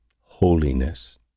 Holiness